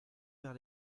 vers